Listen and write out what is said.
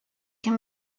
can